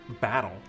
battle